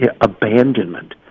abandonment